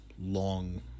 long